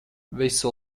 visu